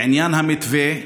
לעניין המתווה,